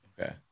Okay